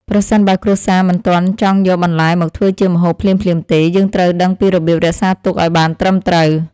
ប្រសិនបើគ្រួសារមិនទាន់ចង់យកបន្លែមកធ្វើជាម្ហូបភ្លាមៗទេ យើងត្រូវដឹងពីរបៀបរក្សាទុកឱ្យបានត្រឹមត្រូវ។